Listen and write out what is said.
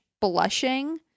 blushing